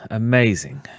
amazing